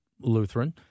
Lutheran